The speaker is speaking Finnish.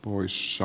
puhemies